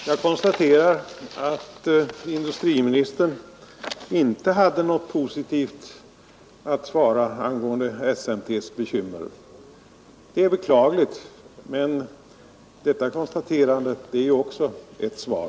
Herr talman! Jag konstaterar att industriministern inte hade något positivt att svara angående SMT:s bekymmer. Det är beklagligt. Men det är ju också ett svar.